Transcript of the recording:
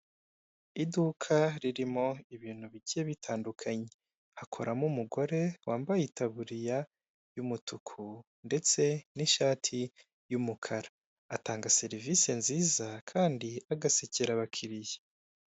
Iduka ririmo ibintu bigiye bitandukanye, hakaba harimo umugore wambaye itaburiya y'umutuku ndetse n'ishati y'umukara. Atanga serivisi nziza kandi agasekera abakiriya.